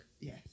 Yes